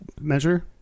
measure